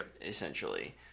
essentially